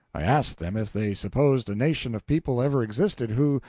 i asked them if they supposed a nation of people ever existed, who,